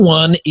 one